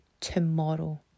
tomorrow